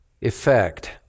effect